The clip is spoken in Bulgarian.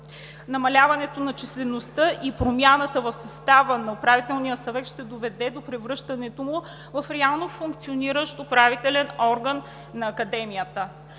Намаляването на числеността и промяната в състава на Управителния съвет ще доведе до превръщането му в реално функциониращ управителен орган на Академията.